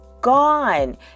gone